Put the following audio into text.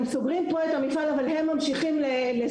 הם סוגרים פה את המפעל אבל הם ממשיכים לשגשג